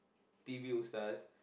t_v O stars